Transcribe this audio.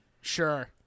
Sure